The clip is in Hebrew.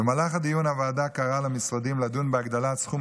במהלך הדיון הוועדה קראה למשרדים לדון בהגדלת סכום